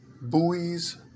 buoys